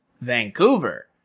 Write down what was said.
Vancouver